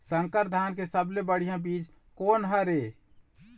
संकर धान के सबले बढ़िया बीज कोन हर ये?